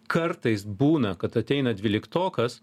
kartais būna kad ateina dvyliktokas